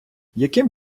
яким